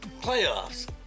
Playoffs